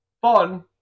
fun